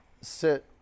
sit